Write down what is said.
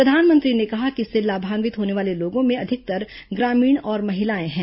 प्रधानमंत्री ने कहा कि इससे लाभान्वित होने वाले लोगों में अधिकतर ग्रामीण और महिलाएं हैं